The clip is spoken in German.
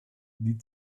die